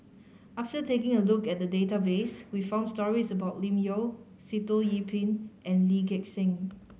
after taking a look at the database we found stories about Lim Yau Sitoh Yih Pin and Lee Gek Seng